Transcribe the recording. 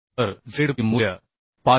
तर zp मूल्य 554